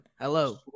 Hello